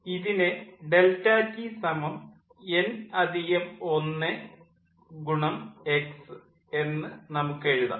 ഇതിനെ ∆Tn1 X എന്ന് നമുക്ക് എഴുതാം